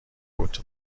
بود